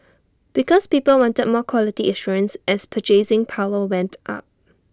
because people wanted more quality assurance as purchasing power went up